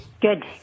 Good